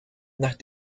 nach